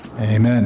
Amen